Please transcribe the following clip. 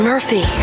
Murphy